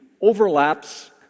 overlaps